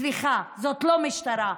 סליחה, זאת לא משטרה,